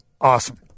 awesome